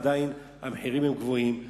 עדיין המחירים הם גבוהים.